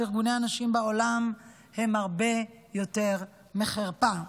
ארגוני הנשים בעולם הן הרבה יותר מחרפה.